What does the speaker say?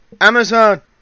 Amazon